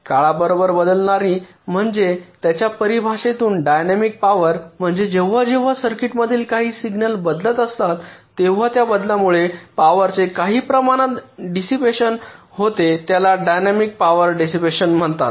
काळाबरोबर बदलणारी म्हणजे त्याच्या परिभाषेतून डायनॅमिक पॉवर म्हणजे जेव्हा जेव्हा सर्किट्समधील काही सिग्नल बदलत असतात तेव्हा त्या बदलांमुळे पॉवरचे काही प्रमाणात डिसिपॅशन होते त्याला डायनॅमिक पॉवर डिसिपॅशन म्हणतात